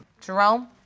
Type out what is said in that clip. Jerome